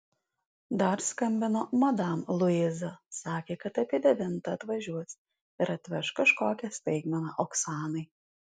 dar skambino madam luiza sakė kad apie devintą atvažiuos ir atveš kažkokią staigmeną oksanai